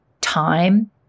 time